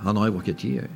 anoj vokietijoj